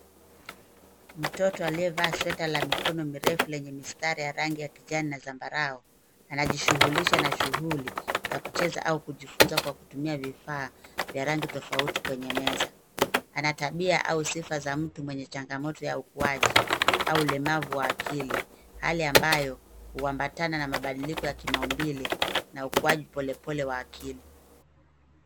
Mtoto aliyevaa shati la mikono mirefu lenye mistari ya rangi ya kijani na zambarau. Anajishughulisha na shughuli ya kucheza au kujifunza kwa kutumia vifaa vya rangi tofauti kwenye meza. Ana tabia au sifa za mtu mwenye changamoto ya ukuaji au ulemavu wa akili, hali ambayo huambatana na mabdiliko ya kimaumbile na ukuaji polepole wa akili.